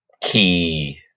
key